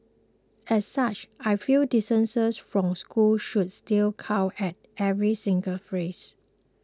as such I feel distances from school should still count at every single phrase